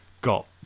got